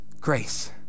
grace